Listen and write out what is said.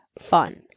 fun